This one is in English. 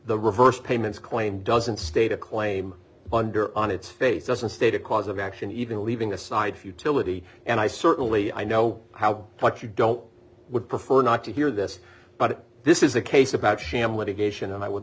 the reverse payments claim doesn't state a claim under on its face doesn't state a cause of action even leaving aside futility and i certainly i know how much you don't would prefer not to hear this but this is a case about sham litigation and i would